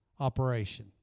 operation